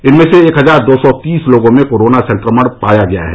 इनमें से एक हजार दो सौ तीस लोगों में कोरोना संक्रमण पाया गया है